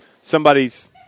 somebody's